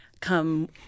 come